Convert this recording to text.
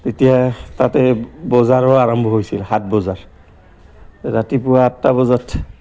তেতিয়া তাতে বজাৰো আৰম্ভ হৈছিল সাত বজাৰ ৰাতিপুৱা আঠটা বজাত